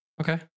Okay